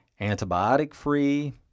antibiotic-free